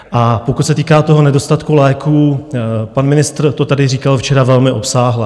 A pokud se týká toho nedostatku léků, pan ministr to tady říkal včera velmi obsáhle.